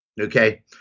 okay